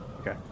Okay